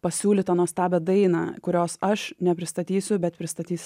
pasiūlyt tą nuostabią dainą kurios aš nepristatysiu bet pristatys